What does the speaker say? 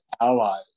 allies